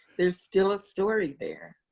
there's still a story there.